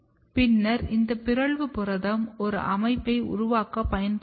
பின்னர் இந்த பிறழ்வு புரதம் ஒரு அமைப்பை உருவாக்க பயன்படுத்தப்பட்டது